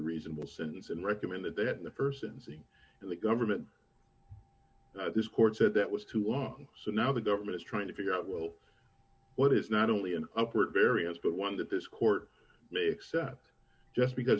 reasonable sentence and recommended that the person sitting in the government this court said that was too long so now the government is trying to figure out well what is not only an upward variance but one that this court may accept just because